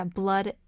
blood